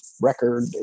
record